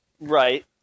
Right